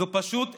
זאת פשוט הפקרות.